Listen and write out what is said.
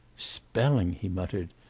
spelling! he muttered.